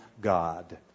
God